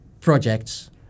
projects